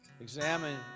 examine